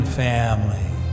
family